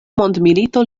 mondmilito